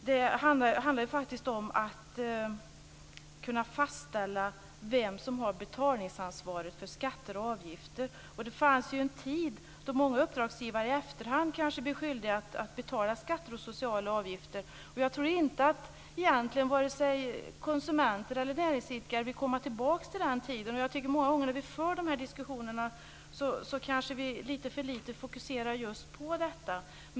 Det handlar om att kunna fastställa vem som har betalningsansvaret för skatter och avgifter. Det fanns en tid då många uppdragsgivare i efterhand blev skyldiga att betala skatter och sociala avgifter. Jag tror inte att vare sig konsumenter eller näringsidkare vill komma tillbaka till den tiden. Jag tycker att vi när vi för dessa diskussioner många gånger fokuserar lite för litet på detta.